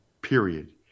Period